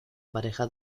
pareja